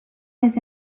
his